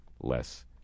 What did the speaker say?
less